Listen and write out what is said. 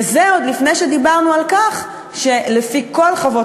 וזה עוד לפני שדיברנו על כך שלפי כל חוות